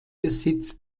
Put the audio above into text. besitz